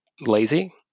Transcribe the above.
lazy